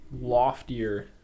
loftier